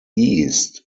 east